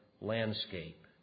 landscape